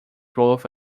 worth